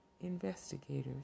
investigators